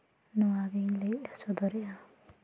ᱱᱚᱣᱟ ᱜᱮᱧ ᱞᱟᱹᱭ ᱥᱚᱫᱚᱨᱮᱜᱼᱟ